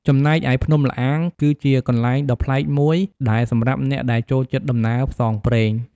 ចំណែកឯ ភ្នំល្អាង គឺជាកន្លែងដ៏ប្លែកមួយដែលសម្រាប់អ្នកដែលចូលចិត្តដំណើរផ្សងព្រេង។